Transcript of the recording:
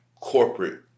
corporate